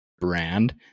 brand